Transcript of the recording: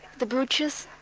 the butchers,